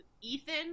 Ethan